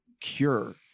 cure